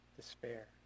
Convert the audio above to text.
despair